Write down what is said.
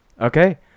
Okay